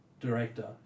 director